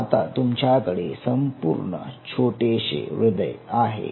आता तुमच्याकडे संपूर्ण छोटेशे हृदय आहे